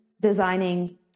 designing